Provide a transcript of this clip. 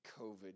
COVID